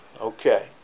Okay